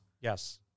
yes